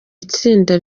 itsinda